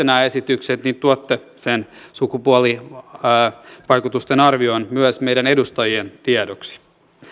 nämä esitykset niin tuotte sen sukupuolivaikutusten arvion myös meidän edustajien tiedoksi